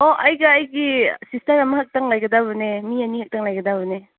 ꯑꯣ ꯑꯁꯨ ꯑꯩꯒꯤ ꯁꯤꯁꯇꯔ ꯑꯃꯈꯛꯇꯪ ꯂꯩꯒꯗꯕꯅꯦ ꯃꯤ ꯑꯅꯤ ꯈꯛꯇꯪ ꯂꯩꯒꯗꯕꯅꯦ